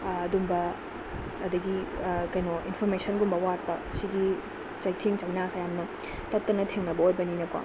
ꯑꯗꯨꯝꯕ ꯑꯗꯒꯤ ꯀꯩꯅꯣ ꯏꯟꯐꯣꯔꯃꯦꯁꯟꯒꯨꯝꯕ ꯋꯥꯠꯄ ꯁꯤꯒꯤ ꯆꯩꯊꯦꯡ ꯆꯩꯅꯥꯁꯦ ꯌꯥꯝꯅ ꯇꯠꯇꯅ ꯊꯦꯡꯅꯕ ꯑꯣꯏꯕꯅꯤꯅꯀꯣ